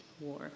war